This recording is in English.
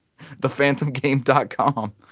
Thephantomgame.com